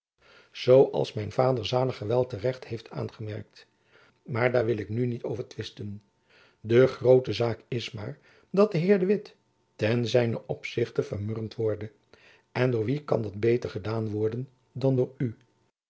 als mijn vader zaliger wel te recht heeft aangemerkt maar daar wil ik nu niet over twisten de groote zaak is maar dat de heer de witt ten zijnen opzichte vermurwd worde en door wie kan dat beter gedaan worden dan door u